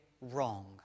wrong